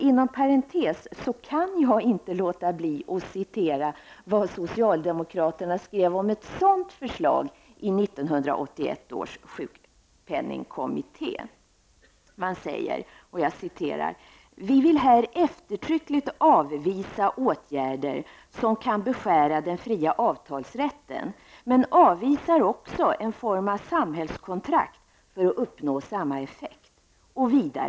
Inom parentes kan jag inte låta bli att citera vad socialdemokraterna skrev om ett sådant förslag i ''Vi vill här eftertryckligt avvisa åtgärder som kan beskära den fria avtalsrätten men avvisar också en form av samhällskontrakt för att uppnå samma effekt.